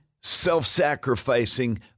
self-sacrificing